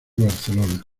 barcelona